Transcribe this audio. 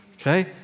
okay